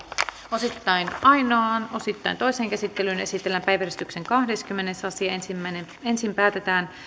osittain ainoaan osittain toiseen käsittelyyn esitellään päiväjärjestyksen kahdeskymmenes asia ensin päätetään